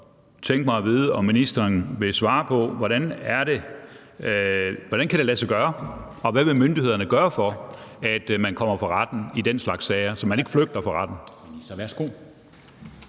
tænke mig at vide, om ministeren vil svare på, hvordan det kan lade sig gøre, og hvad myndighederne vil gøre for, at man kommer for retten i den slags sager, så man ikke flygter fra retten.